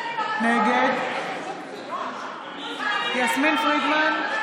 נגד יסמין פרידמן,